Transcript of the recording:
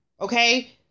Okay